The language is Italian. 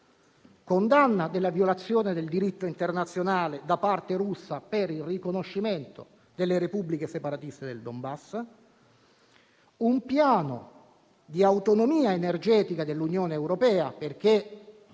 condanna della violazione del diritto internazionale da parte russa per il riconoscimento delle Repubbliche separatiste del Donbass; un piano di autonomia energetica dell'Unione europea, perché